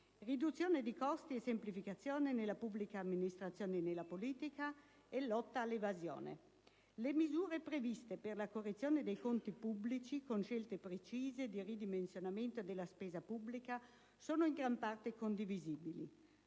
riduzione di costi e semplificazione nella pubblica amministrazione e nella politica; lotta all'evasione. Le misure previste per la correzione dei conti pubblici con scelte precise di ridimensionamento della spesa pubblica sono in gran parte condivisibili,